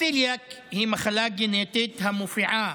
הצליאק היא מחלה גנטית המופיעה